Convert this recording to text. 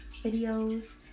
videos